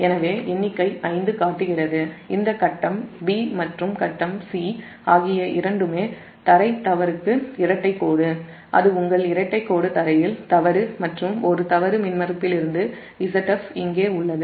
எனவே எண்ணிக்கை 5 காட்டுகிறது இந்த ஃபேஸ் b மற்றும் ஃபேஸ்c ஆகிய இரண்டுமே உங்கள் இரட்டை கோடு தரையில் தவறு மற்றும் ஒரு தவறு மின்மறுப்பிலிருந்து Zf இங்கே உள்ளது